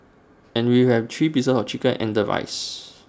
and we have three pieces of chicken and the rice